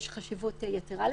יש חשיבות יתרה לזה.